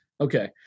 Okay